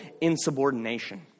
insubordination